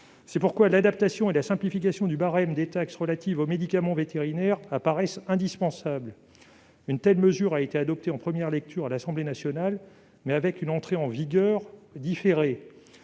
mesure d'adaptation et de simplification du barème des taxes applicables aux médicaments vétérinaires apparaît indispensable. Elle a été adoptée en première lecture à l'Assemblée nationale, mais avec une entrée en vigueur différée.